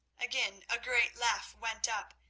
again a great laugh went up,